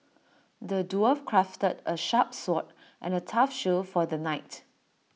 the dwarf crafted A sharp sword and A tough shield for the knight